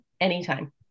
anytime